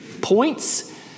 points